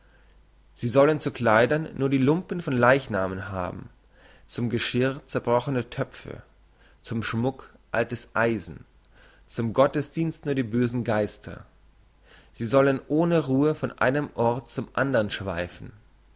sie sollen zu kleidern nur die lumpen von leichnamen haben zum geschirr zerbrochne töpfe zum schmuck altes eisen zum gottesdienst nur die bösen geister sie sollen ohne ruhe von einem ort zum andern schweifen